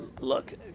look